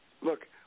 look